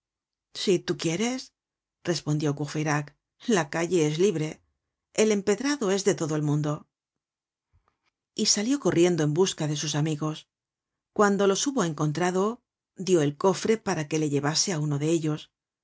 si tú quieres repondió courfeyrac la calle es libre el empedrado es de todo el mundo y salió corriendo en busca de sus amigos cuando los hubo encontrado dió el cofre para que le llevase á uno de ellos